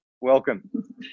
Welcome